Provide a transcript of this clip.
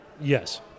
Yes